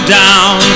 down